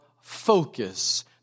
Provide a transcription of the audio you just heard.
focus